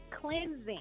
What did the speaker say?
cleansing